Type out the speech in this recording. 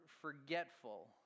forgetful